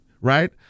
Right